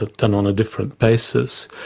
ah done on a different basis,